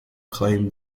claimed